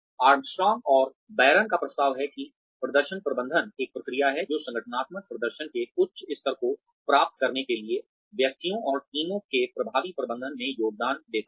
Armstrong और Baron का प्रस्ताव है कि प्रदर्शन प्रबंधन एक प्रक्रिया है जो संगठनात्मक प्रदर्शन के उच्च स्तर को प्राप्त करने के लिए व्यक्तियों और टीमों के प्रभावी प्रबंधन में योगदान देता है